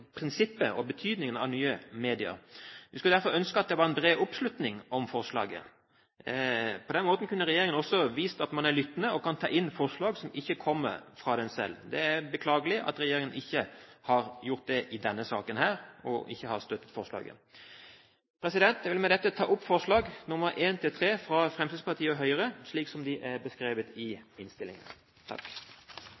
prinsippet og betydningen av nye medier. Vi skulle derfor ønsket at det var en bred oppslutning om forslaget. På den måten kunne regjeringen også vist at man er lyttende og kan ta inn forslag som ikke kommer fra den selv. Det er beklagelig at regjeringen ikke har gjort det i denne saken, og ikke har støttet forslaget. Jeg vil med dette ta opp forslagene nr. 1–3, fra Fremskrittspartiet og Høyre, slik de er beskrevet i